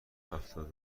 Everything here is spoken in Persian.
هفتاد